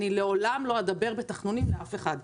אני לעולם לא אדבר בתחנונים לאף אחד.